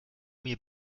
mir